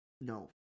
no